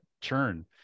churn